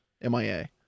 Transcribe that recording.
MIA